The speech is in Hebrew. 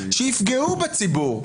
שיפגעו בציבור.